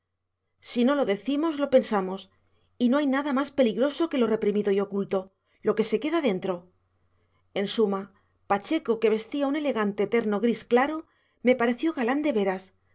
si no lo decimos lo pensamos y no hay nada más peligroso que lo reprimido y oculto lo que se queda dentro en suma pacheco que vestía un elegante terno gris claro me pareció galán de veras